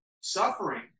suffering